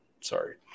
Sorry